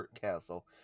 Castle